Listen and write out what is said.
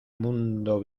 mundo